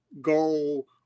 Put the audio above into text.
goal